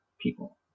people